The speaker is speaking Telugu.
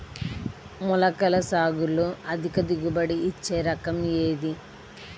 మొలకల సాగులో అధిక దిగుబడి ఇచ్చే రకం ఏది?